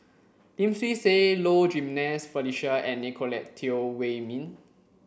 Lim Swee Say Low Jimenez Felicia and Nicolette Teo Wei min